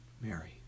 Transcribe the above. Mary